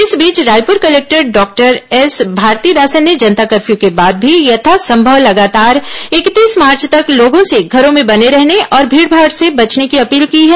इस बीच Raipur collector doctor S Bharathidasan ने जनता कफर्यू के बाद भी यथासंभव लगातार इकतीस मार्च तक लोगों से घरों में बने रहने और भीड़माड़ से बचने की अपील की है